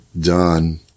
done